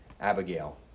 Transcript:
Abigail